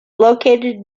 located